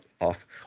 off